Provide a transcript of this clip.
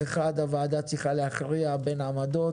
באחד הוועדה צריכה להכריע בין העמדות.